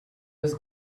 was